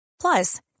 Plus